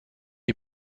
les